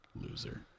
Loser